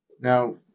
Now